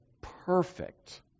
perfect